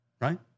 right